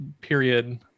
period